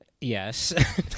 Yes